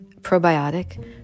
probiotic